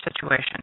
situation